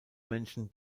menschen